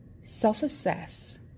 self-assess